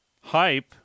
hype